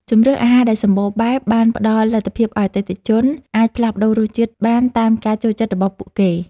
ជម្រើសអាហារដែលសម្បូរបែបបានផ្តល់លទ្ធភាពឱ្យអតិថិជនអាចផ្លាស់ប្តូររសជាតិបានតាមការចូលចិត្តរបស់ពួកគេ។